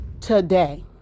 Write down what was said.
today